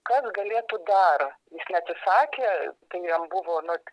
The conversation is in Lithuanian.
kas galėtų dar jis neatsisakė tai jam buvo nu